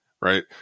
right